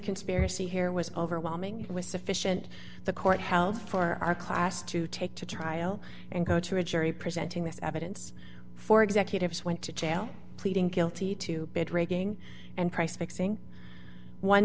conspiracy here was overwhelming it was sufficient the court held for our class to take to trial and go to a jury presenting this evidence for executives went to jail pleading guilty to bed raking and price fixing one